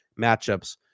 matchups